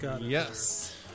Yes